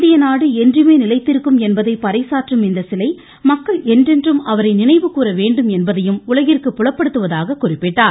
இந்திய நாடு என்றுமே நிலைத்திருக்கும் என்பதை பறைசாற்றும் இந்த சிலை மக்கள் என்றென்றும் அவரை நினைவு கூற வேண்டும் என்பதையும் உலகிற்கு புலப்படுத்துவதாகவும் குறிப்பிட்டார்